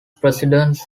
presidents